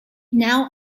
now